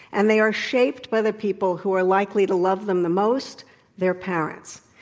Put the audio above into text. and they are shaped by the people who are likely to love them the most their parents.